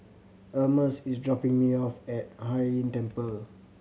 Almus is dropping me off at Hai Inn Temple